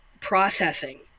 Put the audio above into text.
processing